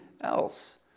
else